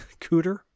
Cooter